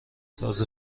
تازه